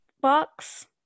box